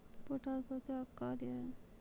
Potash का क्या कार्य हैं?